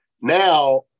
Now